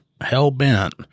hell-bent